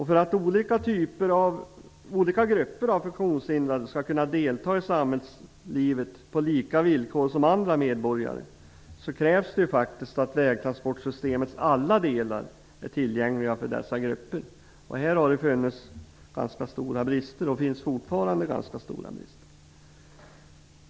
För att olika grupper av funktionshindrade skall kunna delta i samhällslivet på samma villkor som andra medborgare krävs det faktiskt att vägtransportsystemets alla delar är tillgängliga för dessa grupper. Här har det funnits - och finns fortfarande - ganska stora brister.